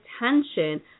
attention